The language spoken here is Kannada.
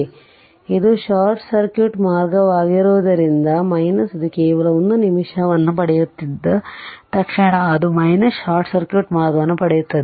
ಆದ್ದರಿಂದ ಇದು ಶಾರ್ಟ್ ಸರ್ಕ್ಯೂಟ್ ಮಾರ್ಗವಾಗಿರುವುದರಿಂದ ಇದು ಕೇವಲ 1 ನಿಮಿಷವನ್ನು ಪಡೆಯುತ್ತಿದ್ದ ತಕ್ಷಣ ಅದು ಶಾರ್ಟ್ ಸರ್ಕ್ಯೂಟ್ ಮಾರ್ಗವನ್ನು ಪಡೆಯುತ್ತದೆ